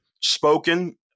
spoken